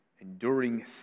enduring